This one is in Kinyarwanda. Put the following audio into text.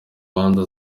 manza